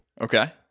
Okay